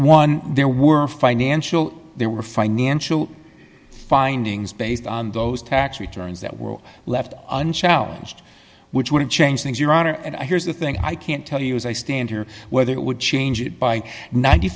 one there were financial there were financial findings based on those tax returns that were left unchallenged which would have changed things your honor and i here's the thing i can't tell you as i stand here whether it would change it by ninety